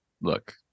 look